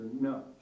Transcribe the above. no